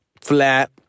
Flat